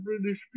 British